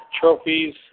trophies